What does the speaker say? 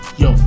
yo